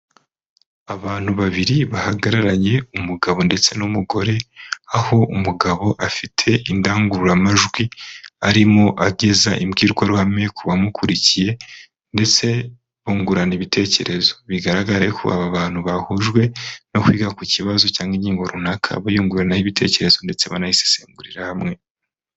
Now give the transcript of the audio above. Abantu babiri bahagararanye, umugabo ndetse n'umugore, aho umugabo afite indangururamajwi arimo ageza imbwirwaruhame ku bamukurikiye, ndetse bungurana ibitekerezo, bigaragarare ko aba bantu bahujwe no kwiga ku kibazo cyangwa ingingo runaka, buyunguranaho ibitekerezo, ndetse banayisesengurira hamwe.